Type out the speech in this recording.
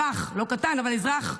לא קטן, אבל אזרח,